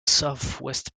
southwest